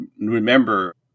remember